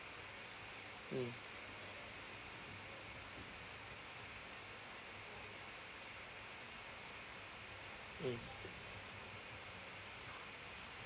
mm mm